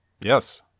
Yes